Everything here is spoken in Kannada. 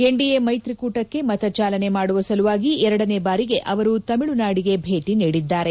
ಎನ್ ಡಿಎ ಮೈತ್ರಿಕೂಟಕ್ಕೆ ಮತಯಾಚನೆ ಮಾಡುವ ಸಲುವಾಗಿ ಎರಡನೇ ಬಾರಿಗೆ ಅವರು ತಮಿಳುನಾಡಿಗೆ ಭೇಟಿ ನೀಡಿದ್ದಾರೆ